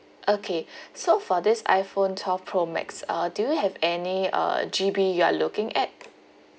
okay so for this iphone twelve pro max uh do you have any uh G_B you are looking at